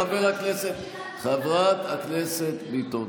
חברת הכנסת ביטון.